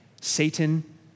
Satan